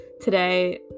today